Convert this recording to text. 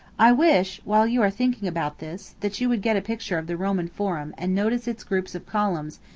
i wish, while you are thinking about this, that you would get a picture of the roman forum and notice its groups of columns,